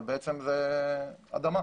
אבל בעצם זאת אדמה.